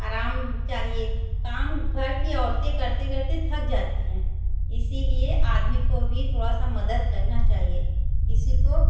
आराम चाहिए काम घर की औरतें करते करते थक जाती हैं इसीलिए आदमी को भी थोड़ी सा मदद करना चाहिए इसी को